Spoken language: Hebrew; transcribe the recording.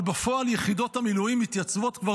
אבל בפועל יחידות המילואים מתייצבות כבר